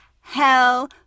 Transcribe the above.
Hell